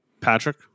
Patrick